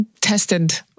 tested